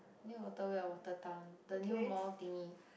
near waterway or water town the new mall thingy